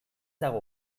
dago